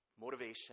motivation